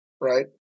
right